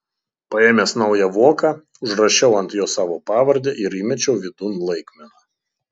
paėmęs naują voką užrašiau ant jo savo pavardę ir įmečiau vidun laikmeną